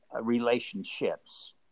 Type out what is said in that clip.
relationships